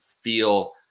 feel